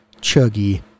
chuggy